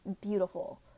beautiful